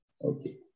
Okay